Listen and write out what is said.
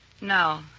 No